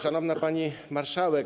Szanowna Pani Marszałek!